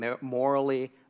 morally